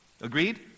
Agreed